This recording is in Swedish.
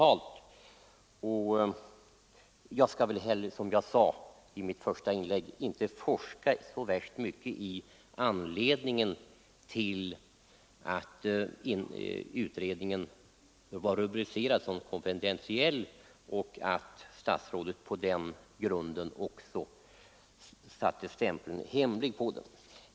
Som jag sade i mitt första inlägg skall jag inte forska så värst mycket i anledningen till att utredningen rubricerades som konfidentiell och att statsrådet av den anledningen satte stämpeln ”Hemlig” på den.